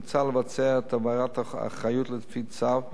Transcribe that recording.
מוצע לבצע את העברת האחריות לפי צו,